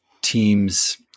teams